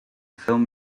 film